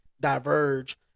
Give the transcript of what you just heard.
diverge